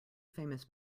famous